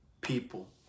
people